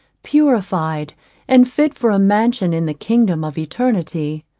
purified and fit for a mansion in the kingdom of eternity.